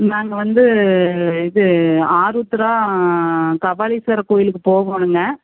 நாங்கள் வந்து இது ஆருத்ரா கபாலீஸ்வரர் கோவிலுக்கு போகணுங்க